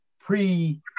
pre